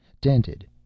Dented